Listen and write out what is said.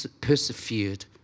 persevered